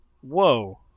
Whoa